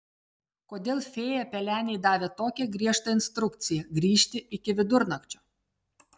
kodėl fėja pelenei davė tokią griežtą instrukciją grįžti iki vidurnakčio